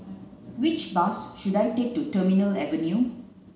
which bus should I take to Terminal Avenue